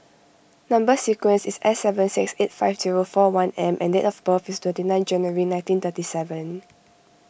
Number Sequence is S seven six eight five zero four one M and date of birth is twenty nine January nineteen thirty seven